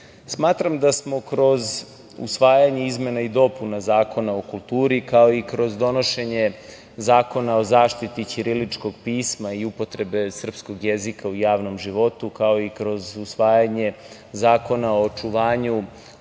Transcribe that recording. Srbije. Smatram da smo kroz usvajanje izmena i dopuna Zakona o kulturi, kao i kroz donošenje Zakona o zaštiti ćiriličkog pisma i upotrebe srpskog jezika u javnom životu, kao i kroz usvajanje Zakona o očuvanju